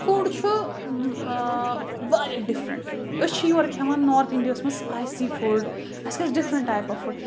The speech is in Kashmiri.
فُڈ چھُ واریاہ ڈِفرنٛٹ أسۍ چھِ یورٕ کھؠوان نارٕتھ اِنڈیاہَس منٛز سٕپایسی فُڈ اَسہِ گَژِھ ڈِفرنٛٹ ٹایپ آف فُڈ